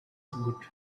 thought